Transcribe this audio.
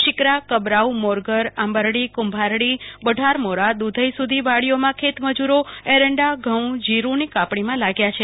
શિકરા કબરાઉ મોરગર આંબરડી કુંભારડી બઢારમોરા દુધઇ સુધી વાડીઓમાં ખેતમજૂરો એરંડા ઘઉં જીરું ની કાપણીમાં લાગ્યા છે